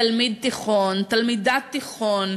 לעצמו עכשיו תלמיד תיכון, תלמידת תיכון,